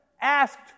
asked